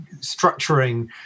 structuring